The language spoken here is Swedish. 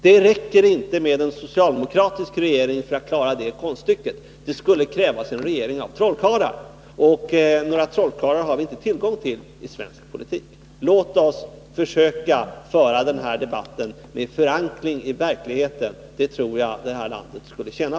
Det räcker inte med en socialdemokratisk regering för att klara det konststycket, det skulle krävas en regering av trollkarlar, och några sådana har vi inte tillgång till i svensk politik. Låt oss försöka föra den här debatten med förankring i verkligheten. Det tror jag det här landet skulle tjäna